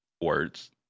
words